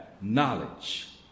knowledge